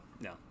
no